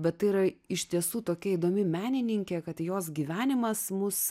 va tai yra iš tiesų tokia įdomi menininkė kad jos gyvenimas mus